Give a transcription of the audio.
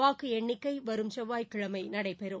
வாக்கு எண்ணிக்கை வரும் செவ்வாய்க்கிழமை நடைபெறும்